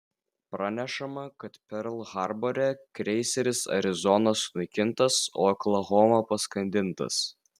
pranešama kad perl harbore kreiseris arizona sunaikintas o oklahoma paskandintas